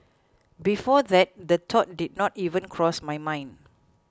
before that the thought did not even cross my mind